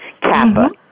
Kappa